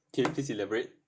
can you please elaborate